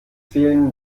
fehlen